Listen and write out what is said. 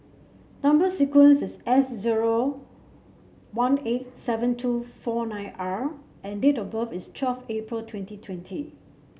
number sequence is S zero one eight seven two four nine R and date of birth is twelve April twenty twenty